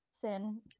sin